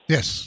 Yes